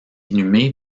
inhumé